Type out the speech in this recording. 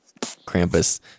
Krampus